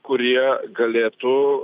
kurie galėtų